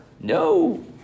No